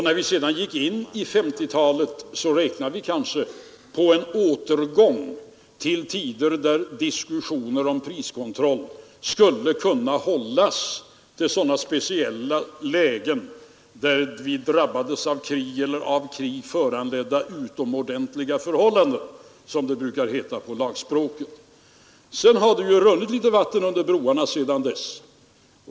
När vi sedan gick in i 1950-talet räknade vi kanske med en återgång till tider där diskussioner om priskontroll skulle kunna förbehållas sådana speciella lägen då vi drabbades av krig eller ”av krig föranledda utomordentliga förhållanden”, som det brukar heta på lagspråket. Sedan dess har det runnit mycket vatten under broarna.